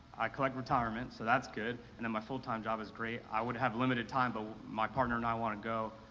i collect retirement, so that's good. and then my full-time job is great. i would have limited time but my partner and i wanna go